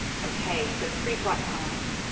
okay, so preflight time.